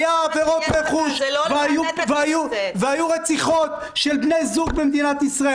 היו עבירות רכוש והיו רציחות של בני זוג במדינת ישראל,